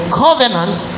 covenant